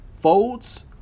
folds